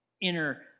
inner